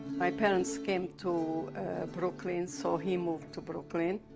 my parents came to brooklyn, so he moved to brooklyn.